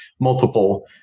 multiple